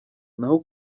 naho